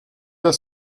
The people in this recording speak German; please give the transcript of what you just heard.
der